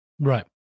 Right